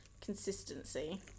consistency